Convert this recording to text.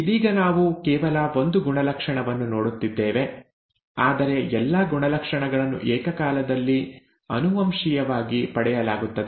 ಇದೀಗ ನಾವು ಕೇವಲ ಒಂದು ಗುಣಲಕ್ಷಣವನ್ನು ನೋಡುತ್ತಿದ್ದೇವೆ ಆದರೆ ಎಲ್ಲಾ ಗುಣಲಕ್ಷಣಗಳನ್ನು ಏಕಕಾಲದಲ್ಲಿ ಆನುವಂಶಿಕವಾಗಿ ಪಡೆಯಲಾಗುತ್ತದೆ